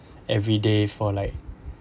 everyday for like